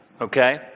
Okay